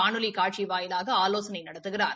காணொலிகாட்சிவாயிலாகஆலோசனைநடத்துகிறார்